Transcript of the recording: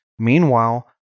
Meanwhile